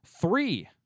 three